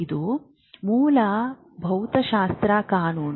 ಇದು ಮೂಲ ಭೌತಶಾಸ್ತ್ರ ಕಾನೂನು